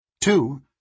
Two